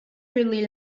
really